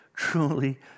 Truly